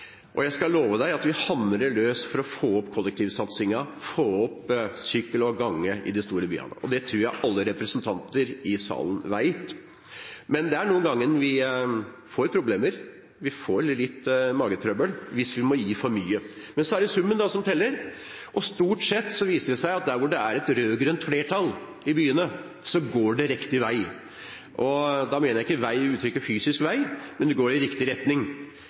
med. Jeg skal love at vi hamrer løs for å få mer til kollektivsatsingen og få mer til sykkel- og gangveier i de store byene. Det tror jeg alle representanter i salen vet. Men det er noen ganger vi får problemer, vi får litt magetrøbbel hvis vi må gi for mye. Det er summen som teller. Stort sett viser det seg at der hvor det er et rød-grønt flertall i byene, går det riktig vei. Og da mener jeg ikke «vei» som fysisk vei, men det går i riktig retning